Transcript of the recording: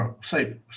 say